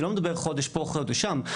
אני לא מדבר על חודש פה וחודש שם.